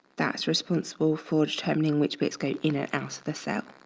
that's responsible for determining which bits go to in or out of the cell.